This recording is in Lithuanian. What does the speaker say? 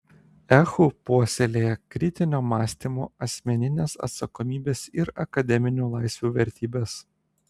ehu puoselėja kritinio mąstymo asmeninės atsakomybės ir akademinių laisvių vertybes